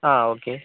ആ ഓക്കെ